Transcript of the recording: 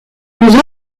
plus